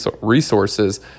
resources